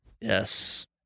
yes